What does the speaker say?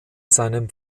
seinem